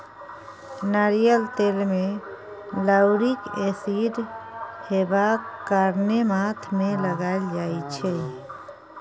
नारियल तेल मे लाउरिक एसिड हेबाक कारणेँ माथ मे लगाएल जाइ छै